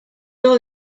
all